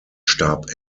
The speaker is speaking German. starb